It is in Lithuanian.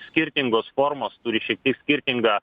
skirtingos formos turi šiek tiek skirtingą